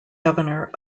governor